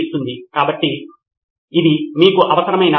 నితిన్ కురియన్ ముఖ్యంగా ఇక్కడ మనకు అక్కరలేదు